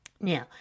Now